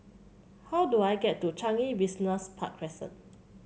how do I get to Changi Business Park Crescent